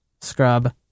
scrub